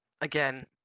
again